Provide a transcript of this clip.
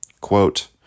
quote